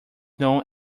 non